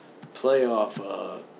playoff